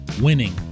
winning